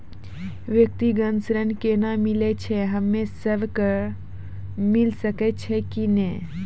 व्यक्तिगत ऋण केना मिलै छै, हम्मे सब कऽ मिल सकै छै कि नै?